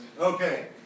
okay